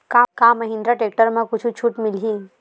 का महिंद्रा टेक्टर म कुछु छुट मिलही?